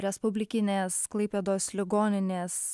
respublikinės klaipėdos ligoninės